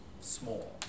small